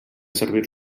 servir